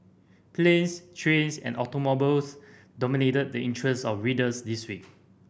planes trains and automobiles dominated the interests of readers this week